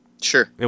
Sure